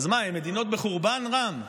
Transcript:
אז מה, הן מדינות בחורבן, רם?